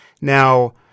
Now